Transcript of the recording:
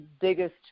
biggest